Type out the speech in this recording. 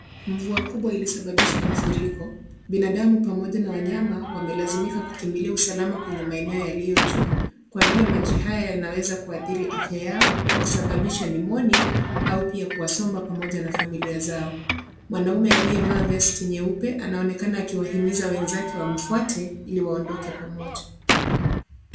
Mvua kubwa ilisababisha mafuriko. Binadamu pamoja na wanyama wamelazimika kukimbilia usalama kwenye maeneo yaliyo juu. Kwa vile maji haya yanaweza kuathiri afya yao kwa kusababisha pneumonia au pia kuwasomba pamoja na familia zao. Mwanaume aliye vaa vesti nyeupe anaonekana akiwahimiza wenzake wamfuate ili waondoke pamoja.